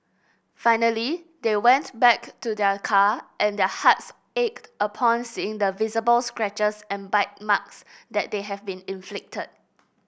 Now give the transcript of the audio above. finally they went back to their car and their hearts ached upon seeing the visible scratches and bite marks that they have been inflicted